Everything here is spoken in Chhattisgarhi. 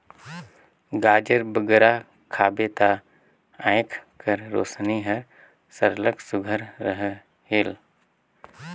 गाजर बगरा खाबे ता आँएख कर रोसनी हर सरलग सुग्घर रहेल